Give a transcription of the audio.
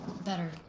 Better